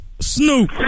Snoop